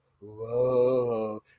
Whoa